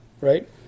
Right